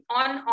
on